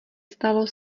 stalo